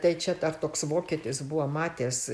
tai čia dar toks vokietis buvo matijas